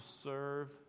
serve